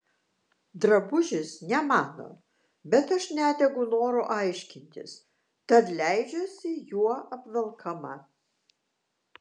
drabužis ne mano bet aš nedegu noru aiškintis tad leidžiuosi juo apvelkama